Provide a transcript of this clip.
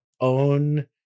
own